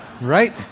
Right